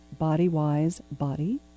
BodyWiseBody